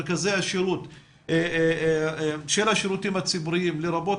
מרכזי השירות של השירותים הציבוריים לרבות